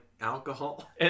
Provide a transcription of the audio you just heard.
alcohol